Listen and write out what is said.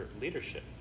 leadership